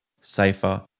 safer